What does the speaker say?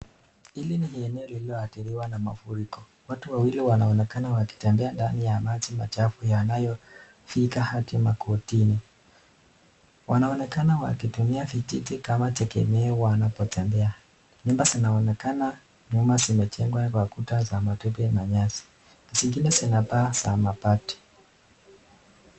Hili ni eneo lililo adhiriwa na mafuriko, watu wawili wanaonekana wakitembea ndani ya maji machafu yanayofika hadi magotini, wanaonekana wakitumia vijiti kama tegemeo wanapotembea, nyumba zinaonekana nyumba zimejengwa kwa kuta za matope na nyasi, zingine zina paa za mabati.